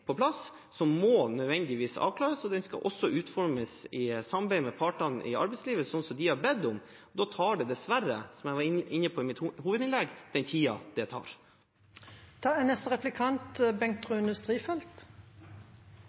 på plass en sånn type lønnsstøtteordning som nødvendigvis må avklares. Den skal også utformes i samarbeid med partene i arbeidslivet, sånn som de har bedt om. Da tar det dessverre – som jeg var inne på i hovedinnlegget mitt – den tiden det